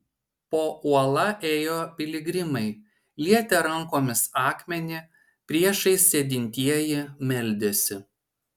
po uola ėjo piligrimai lietė rankomis akmenį priešais sėdintieji meldėsi